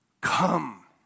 Come